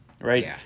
right